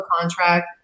contract